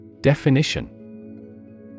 Definition